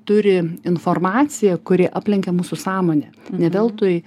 turi informaciją kuri aplenkia mūsų sąmonę ne veltui